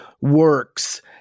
works